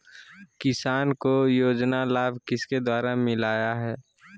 किसान को योजना का लाभ किसके द्वारा मिलाया है?